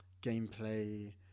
gameplay